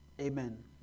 Amen